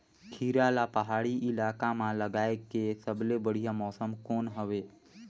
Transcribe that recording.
खीरा ला पहाड़ी इलाका मां लगाय के सबले बढ़िया मौसम कोन हवे?